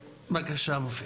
בבקשה, מופיד.